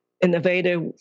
innovative